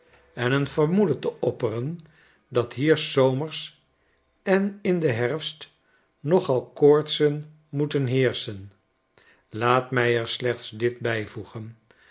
en een vermoeden te opperen dat hier s zomers en in den herfst nogal koortsen moeten heerschen laat mij er slechts dit bijvoegen